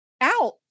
out